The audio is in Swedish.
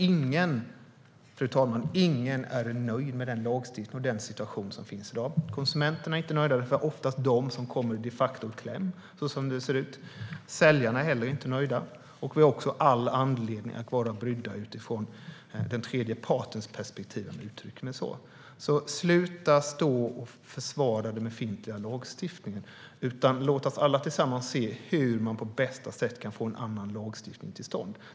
Ingen är nöjd med den lagstiftning och den situation som finns i dag. Konsumenterna är inte nöjda. Det är oftast de som kommer i kläm. Säljarna är heller inte nöjda. Vi har också all anledning att vara bekymrade utifrån den tredje partens perspektiv, om jag får uttrycka mig så. Sluta försvara den befintliga lagstiftningen! Låt oss alla tillsammans se hur man på bästa sätt kan få en annan lagstiftning till stånd.